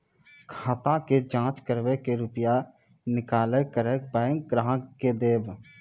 खाता के जाँच करेब के रुपिया निकैलक करऽ बैंक ग्राहक के देब?